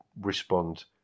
respond